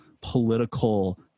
political